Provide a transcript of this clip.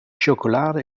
chocolade